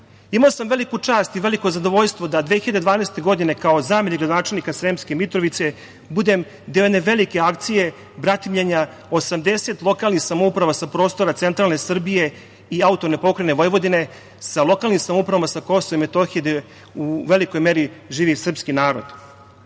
sam veliku čast i veliko zadovoljstvo da 2012. godine kao zamenik gradonačelnika Sremske Mitrovice budem deo jedne velike akcije bratimljenja 80 lokalnih samouprava sa prostora centralne Srbije i AP Vojvodine sa lokalnim samoupravama sa KiM gde u velikoj meri živi srpski narod. Tada